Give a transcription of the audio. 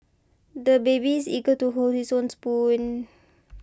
the baby is eager to hold his own spoon